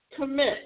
Commit